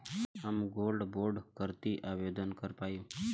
हम gold bond करती आवेदन कर पाईब?